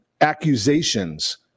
accusations